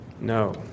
No